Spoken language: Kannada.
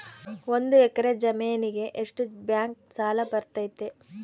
ಒಂದು ಎಕರೆ ಜಮೇನಿಗೆ ಎಷ್ಟು ಬ್ಯಾಂಕ್ ಸಾಲ ಬರ್ತೈತೆ?